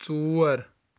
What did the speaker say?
ژور